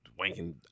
wanking